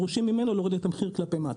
בסוף דורשים ממנו להוריד את המחיר כלפי מטה.